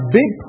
big